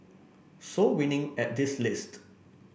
so winning at this list